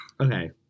okay